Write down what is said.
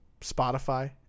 Spotify